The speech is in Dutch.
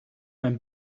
mijn